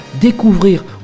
découvrir